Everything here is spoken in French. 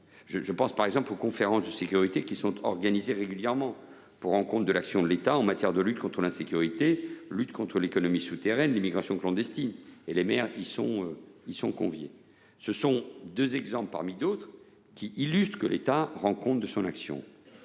Je pense également aux conférences de sécurité, organisées régulièrement pour rendre compte de l’action de l’État en matière de lutte contre l’insécurité, contre l’économie souterraine, contre l’immigration clandestine, auxquelles les maires sont conviés. Ces deux exemples parmi d’autres illustrent que l’État rend compte de son action.